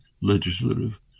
legislative